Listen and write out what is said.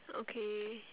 okay